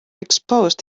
exposed